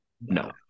no